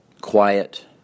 quiet